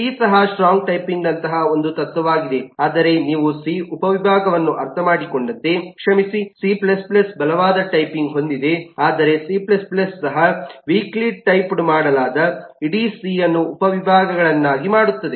C ಸಹ strong typing ನಂತಹ ಒಂದು ತತ್ವವಾಗಿದೆ ಆದರೆ ನೀವು ಸಿ ಉಪವಿಭಾಗಗಳನ್ನು ಅರ್ಥಮಾಡಿಕೊಂಡಂತೆ ಕ್ಷಮಿಸಿ ಸಿ C ಬಲವಾದ ಟೈಪಿಂಗ್ ಹೊಂದಿದೆ ಮತ್ತು ಆದರೆ ಸಿ C ಸಹ ವೀಕ್ಲಿಟೈಪ್ಡ್ ಮಾಡಲಾದ ಇಡೀ ಸಿ ಅನ್ನು ಉಪವಿಭಾಗಗಳನ್ನಾಗಿ ಮಾಡುತ್ತದೆ